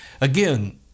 again